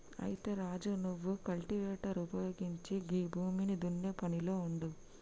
అయితే రాజు నువ్వు కల్టివేటర్ ఉపయోగించి గీ భూమిని దున్నే పనిలో ఉండు